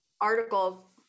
Article